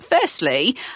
Firstly